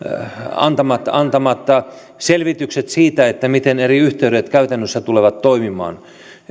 antamat antamat selvitykset siitä miten eri yhteydet käytännössä tulevat toimimaan